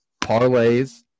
parlays